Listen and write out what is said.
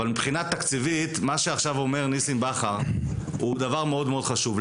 אבל מבחינה תקציבית מה שעכשיו אומר ניסים בכר הוא דבר מאוד מאוד חשוב.